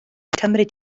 cymryd